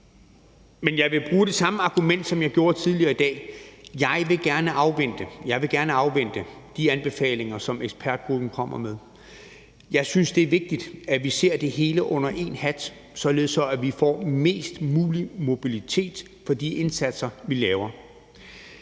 Men jeg vil bruge det samme argument, som jeg gjorde tidligere i dag: Jeg vil gerne afvente de anbefalinger, som ekspertgruppen kommer med. Jeg synes, det er vigtigt, at vi ser det hele under én hat, således at vi får mest mulig mobilitet for de indsatser, vi laver.